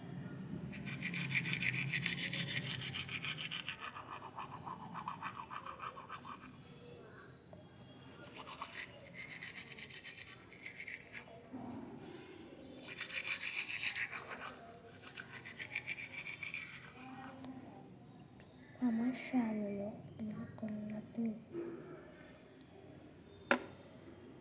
రైతులు అందరు ఒక రకంపంటలేషి డిమాండ్ లేక తక్కువ రేటుకు అమ్ముకోబట్టే